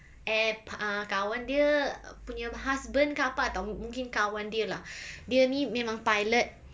air~ uh kawan dia punya husband ke apa atau mungkin kawan dia lah dia ni memang pilot